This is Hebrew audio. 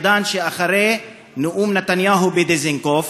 עידן שאחרי נאום נתניהו בדיזינגוף,